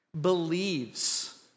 believes